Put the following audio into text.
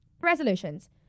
Resolutions